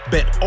Bet